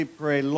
pray